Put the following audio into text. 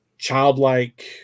childlike